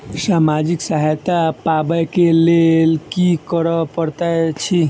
सामाजिक सहायता पाबै केँ लेल की करऽ पड़तै छी?